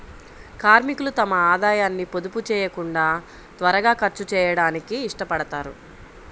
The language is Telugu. కార్మికులు తమ ఆదాయాన్ని పొదుపు చేయకుండా త్వరగా ఖర్చు చేయడానికి ఇష్టపడతారు